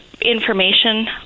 Information